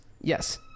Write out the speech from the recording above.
yes